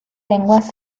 lenguas